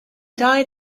died